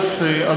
בבקשה.